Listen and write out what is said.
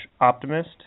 optimist